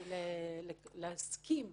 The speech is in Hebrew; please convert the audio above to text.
בשביל להסכים.